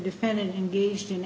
defendant engaged in